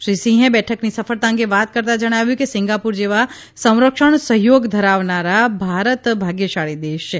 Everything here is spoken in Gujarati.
શ્રી સિંહે બેઠકની સફળતા અંગે વાત કરતાં જણાવ્યું કે સિંગાપુર જેવા સંરક્ષણ સહયોગ ધરાવનાર ભારત ભાગ્યશાળી દેશ છે